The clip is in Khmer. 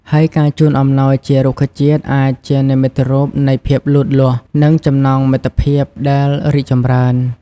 ហើយការជូនអំណោយជារុក្ខជាតិអាចជានិមិត្តរូបនៃភាពលូតលាស់ និងចំណងមិត្តភាពដែលរីកចម្រើន។